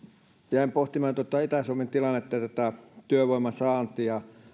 jäin pohtimaan tuota itä suomen tilannetta ja työvoiman saantia